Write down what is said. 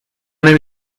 نمی